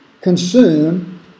consume